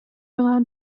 allowed